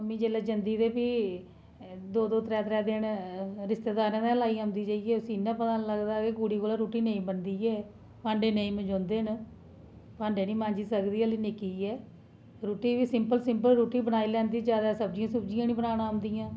mummy जेल्लै जदीं ते फ्ही द'ऊं द'ऊं त्रै त्रै दिन रिश्तेदारें दे गै लाई औंदी जाइये इसी इन्ना पता नेईं लगदा के कुड़ी कोला रुट्टी नेई बनदी ऐ भांडे नेई मंजोंदे न भांडे नेई मांजीं सकदी आह्ल्ली निक्की ऐ रुट्टी बी सिंपल सिपंल बनाई लैंदी ज्यादा सब्जियां नेईं बनाना औंदिंयां